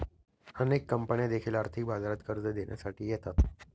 अनेक कंपन्या देखील आर्थिक बाजारात कर्ज देण्यासाठी येतात